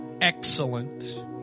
excellent